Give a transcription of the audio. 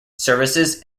services